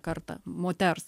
kartą moters